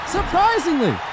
Surprisingly